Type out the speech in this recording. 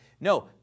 no